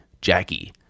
Jackie